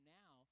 now